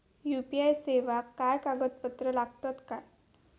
UPI सेवाक काय कागदपत्र लागतत काय?